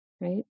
right